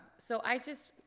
so i just,